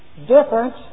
different